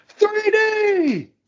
3D